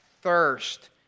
thirst